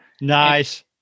nice